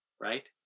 right